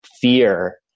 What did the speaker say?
fear